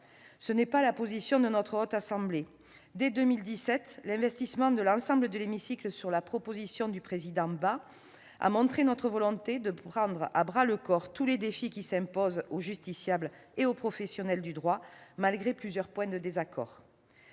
Ce n'est pas la position de notre Haute Assemblée. Dès 2017, l'investissement de l'ensemble de l'hémicycle sur la proposition du président Bas a montré notre volonté de prendre à bras-le-corps tous les défis qui s'imposent aux justiciables et aux professionnels du droit, malgré plusieurs points de désaccord.